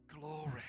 Glory